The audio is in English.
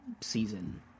season